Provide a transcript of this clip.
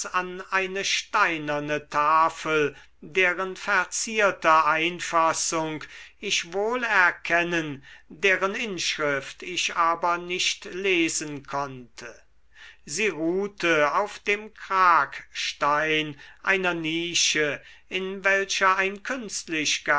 an eine steinerne tafel deren verzierte einfassung ich wohl erkennen deren inschrift ich aber nicht lesen konnte sie ruhte auf dem kragstein einer nische in welcher ein